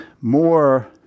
more